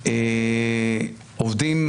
שעובדים,